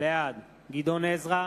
בעד גדעון עזרא,